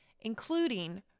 including